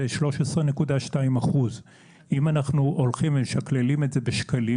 זה 13.2%. אם אנחנו הולכים ומשקללים את זה בשקלים,